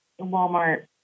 Walmart